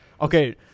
Okay